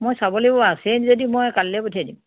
মই চাব লাগিব আছেই যদি মই কালিলৈ পঠিয়াই দিম